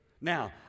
now